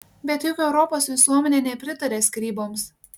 bet juk europos visuomenė nepritaria skyryboms